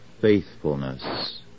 faithfulness